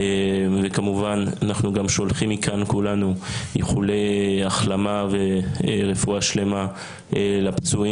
וכמובן אנחנו גם שולחים מכאן כולנו איחולי החלמה ורפואה שלמה לפצועים.